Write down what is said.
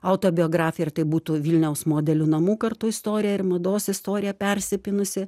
autobiografiją ir tai būtų vilniaus modelių namų kartu istorija ir mados istorija persipynusi